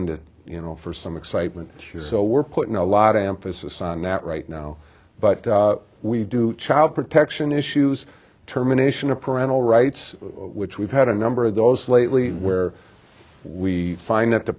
to you know for some excitement so we're putting a lot of emphasis on that right now but we do child protection issues terminations of parental rights which we've had a number of those lately where we find that the